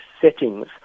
settings